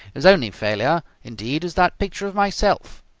his only failure, indeed, is that picture of myself.